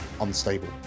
unstable